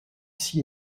six